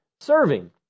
serving